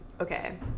Okay